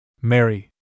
Mary